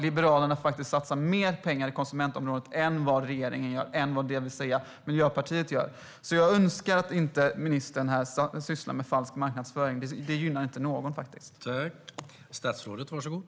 Liberalerna satsar mer pengar på konsumentområdet än vad regeringen och Miljöpartiet gör. Jag önskar att ministern inte sysslade med falsk marknadsföring. Det gynnar inte någon.